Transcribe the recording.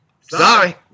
Sorry